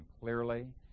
clearly